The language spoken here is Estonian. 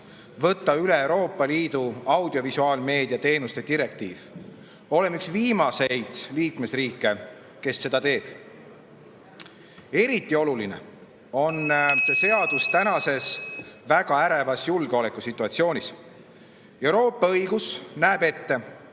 võtta üle Euroopa Liidu audiovisuaalmeedia teenuste direktiiv. Oleme üks viimaseid liikmesriike, kes seda teeb. (Juhataja helistab kella.)Eriti oluline on see seadus praeguses väga ärevas julgeolekusituatsioonis. Euroopa õigus näeb ette,